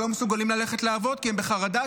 שלא מסוגלים ללכת לעבוד כי הם בחרדה